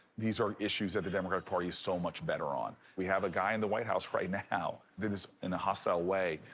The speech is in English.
these are issues that the democratic party is so much better on. we have a guy in the white house right now that is, in a hostile way,